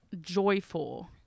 joyful